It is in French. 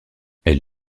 elle